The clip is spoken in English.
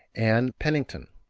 ann pennington,